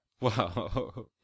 Wow